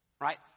right